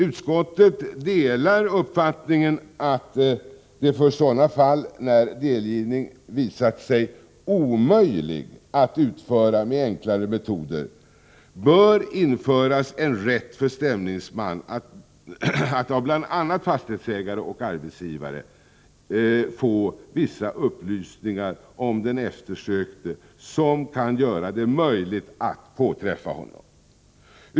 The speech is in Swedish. Utskottet delar uppfattningen att det för sådana fall, när delgivning visat sig omöjlig att utföra med enklare metoder, bör införas en rätt för stämningsman att av bl.a. fastighetsägare och arbetsgivare få vissa upplysningar om den eftersökte som kan göra det möjligt att påträffa honom.